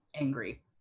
angry